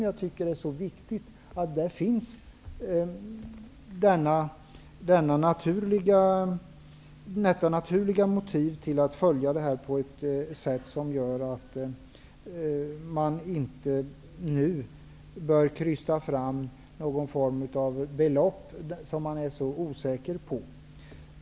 Jag tycker att det är viktigt att detta naturliga motiv till att följa det här finns. Därför bör man inte nu krysta fram ett belopp som man är osäker på.